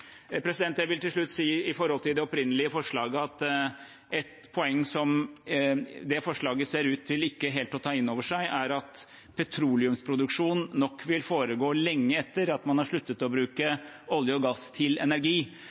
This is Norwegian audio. Jeg vil til slutt si, når det gjelder det opprinnelige forslaget, at et poeng som det forslaget ser ut til ikke helt å ta inn over seg, er at petroleumsproduksjon nok vil foregå lenge etter at man har sluttet å bruke olje og gass til energi,